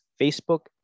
Facebook